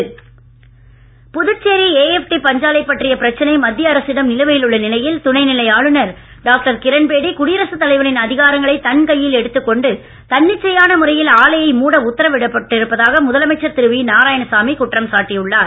Narayanasamy Puducherry AFT பஞ்சாலை பற்றிய பிரச்சனை மத்திய அரசிடம் நிலுவையில் உள்ள நிலையில் துணை நிலை ஆளுநர் டாக்டர் கிரண்பேடி குடியரசு தலைவரின் அதிகாரங்களை தன் கையில் எடுத்துக் கொண்டு தன்னிச்சையான முறையில் ஆலையை மூட உத்தரவிட்டிருப்பதாக முதலமைச்சர் திரு வி நாராயணசாமி குற்றம் சாட்டி உள்ளார்